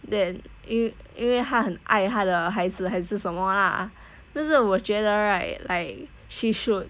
then 因为因为她很爱她的孩子还是什么啦但是我觉得 right like she should